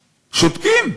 שותקים.